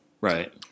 Right